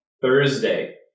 Thursday